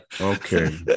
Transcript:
okay